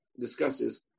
discusses